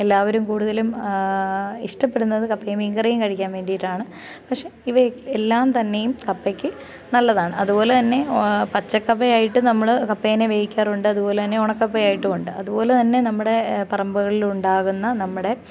എല്ലാവരും കൂടുതലും ഇഷ്ടപ്പെടുന്നത് കപ്പയും മീൻ കറിയും കഴിക്കാൻ വേണ്ടിയിട്ടാണ് പക്ഷേ ഇവയിൽ എല്ലാം തന്നെയും കപ്പയ്ക്ക് നല്ലതാണ് അതുപോലെ തന്നെ പച്ചക്കപ്പ ആയിട്ട് നമ്മൾ കപ്പയെ വേവിക്കാറുണ്ട് അതുപോലെ തന്നെ ഉണക്ക കപ്പ ആയിട്ടും ഉണ്ട് അതുപോലെ തന്നെ നമ്മുടെ പറമ്പുകളിലുണ്ടാകുന്ന നമ്മുടെ